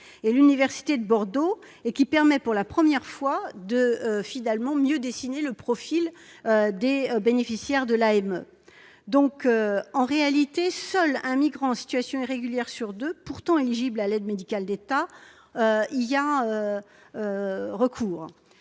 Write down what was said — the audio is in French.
et l'université de Bordeaux, qui permet pour la première fois de mieux dessiner le profil des bénéficiaires de l'AME. En réalité, seul un migrant en situation irrégulière sur deux, pourtant éligible à l'aide médicale de l'État, y a recours.